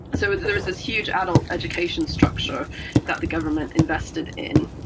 so there was this huge adult education structure that the government invested in.